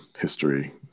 history